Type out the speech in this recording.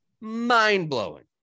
mind-blowing